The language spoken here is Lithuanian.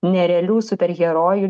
nerealių superherojų